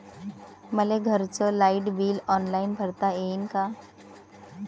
मले घरचं light bill online भरता येईन का?